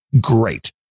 Great